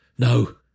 No